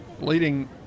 Leading